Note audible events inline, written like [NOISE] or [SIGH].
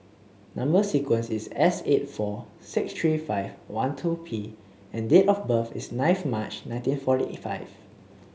number sequence is S eight four six three five one two P and date of birth is ninth March nineteen forty [UNINTELLIGIBLE] five